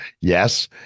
Yes